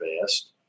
best